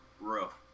rough